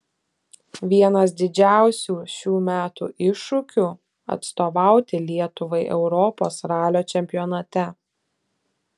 vienas didžiausių šių metų iššūkių atstovauti lietuvai europos ralio čempionate